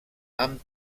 amb